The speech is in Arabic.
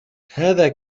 هذا